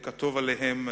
כטוב בעיניהם,